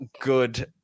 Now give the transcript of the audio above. good